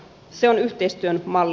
se on yhteistyön malli